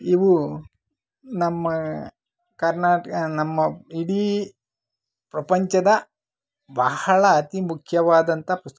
ಇವು ನಮ್ಮ ಕರ್ನಾಟಕ ನಮ್ಮ ಇಡೀ ಪ್ರಪಂಚದ ಬಹಳ ಅತೀ ಮುಖ್ಯವಾದಂಥ ಪುಸ್ತಕಗಳು